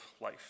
life